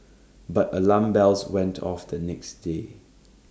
but alarm bells went off the next day